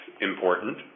important